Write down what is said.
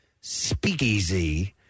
speakeasy